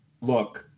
look